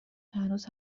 هنوز